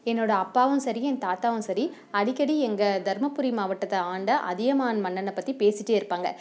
என்னோடய அப்பாவும் சரி என் தாத்தாவும் சரி அடிக்கடி எங்கள் தர்மபுரி மாவட்டத்தை ஆண்ட அதியமான் மன்னனை பற்றி பேசிகிட்டே இருப்பாங்க